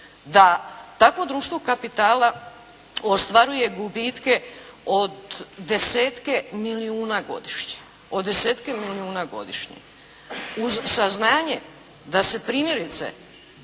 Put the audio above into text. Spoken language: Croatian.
da takvo društvo kapitala ostvaruje gubitke od desetke milijuna godišnje, od desetke